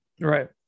Right